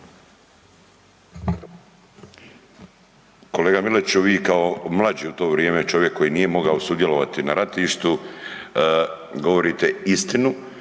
Kolega Miletiću vi kao mlađi u to vrijeme čovjek koji nije mogao sudjelovati na ratištu govorite istinu